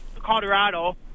Colorado